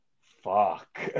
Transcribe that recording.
fuck